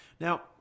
Now